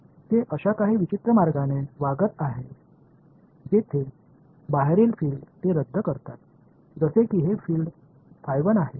ते अशा काही विचित्र मार्गाने वागत आहेत जेथे बाहेरील फिल्ड ते रद्द करतात जसे की हे फिल्ड आहे आणि येथील फिल्ड आहे